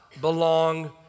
belong